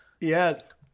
Yes